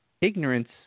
Ignorance